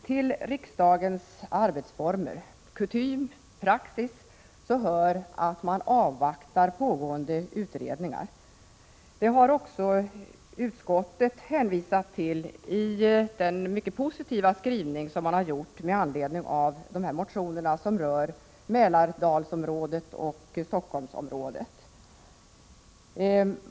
Till riksdagens arbetsformer, kutym och praxis hör att man avvaktar pågående utredningar. Det har också utskottet hänvisat till i sin mycket positiva skrivning med anledning av de motioner som rör Mälardalsområdet och Stockholmsområdet.